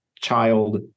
child